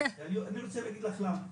אני רוצה להגיד לך למה,